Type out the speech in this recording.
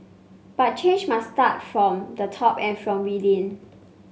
but change must start from the top and from within